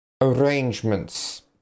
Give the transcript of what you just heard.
arrangements